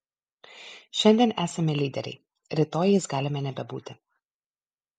šiandien esame lyderiai rytoj jais galime nebebūti